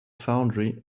foundry